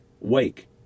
wake